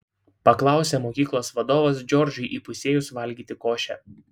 paklausė mokyklos vadovas džordžui įpusėjus valgyti košę